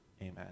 Amen